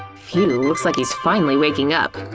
phew, looks like he's finally waking up.